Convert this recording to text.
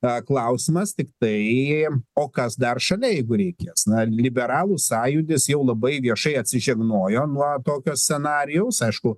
na klausimas tiktai o kas dar šalia jeigu reikės na liberalų sąjūdis jau labai viešai atsižegnojo nuo tokio scenarijaus aišku